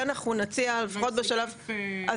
אמרו שזה יעלה יותר כסף למשטרה,